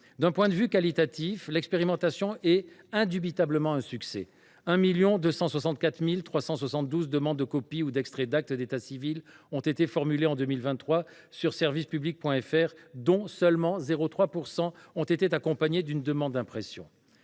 D’un point de vue quantitatif, l’expérimentation est indubitablement un succès : au total, 1 264 372 demandes de copies ou d’extraits d’actes d’état civil ont été formulées en 2023 sur, dont seulement 0,3 % ont été accompagnées d’une demande d’impression.